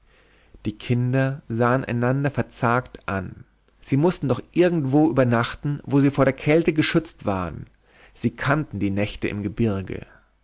die kinder sahen einander verzagt an sie mußten doch irgendwo übernachten wo sie vor der kälte geschützt waren sie kannten die nächte im gebirge